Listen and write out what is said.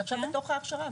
עכשיו בתוך ההכשרה.